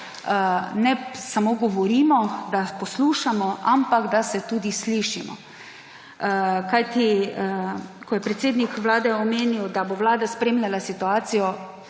ne samo govorimo in poslušamo, ampak da tudi slišimo. Ko je predsednik Vlade omenil, da bo vlada spremljala situacijo,